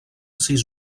sis